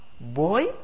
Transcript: Boy